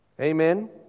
Amen